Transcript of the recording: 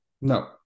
No